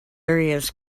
various